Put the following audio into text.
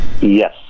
Yes